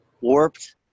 Warped